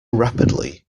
rapidly